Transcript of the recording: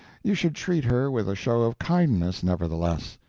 you should treat her with a show of kindness nevertheless.